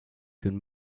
kun